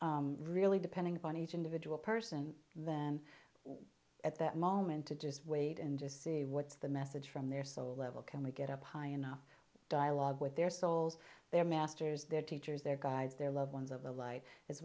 really depending upon each individual person then at that moment to just wait and just see what's the message from their soul level can we get up high enough dialogue with their souls their masters their teachers their guides their loved ones of